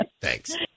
Thanks